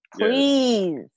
please